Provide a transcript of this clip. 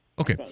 Okay